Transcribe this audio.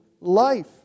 life